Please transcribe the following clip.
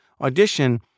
Audition